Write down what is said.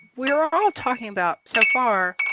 we're all talking about, so far,